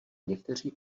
někteří